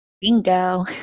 Bingo